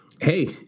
Hey